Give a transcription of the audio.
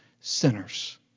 sinners